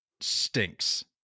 stinks